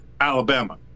Alabama